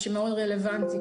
מה שמאוד רלוונטי,